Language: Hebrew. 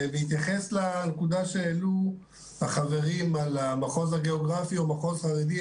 בהתייחס לנקודה שהעלו החברים על המחוז הגיאוגרפי או מחוז חרדי,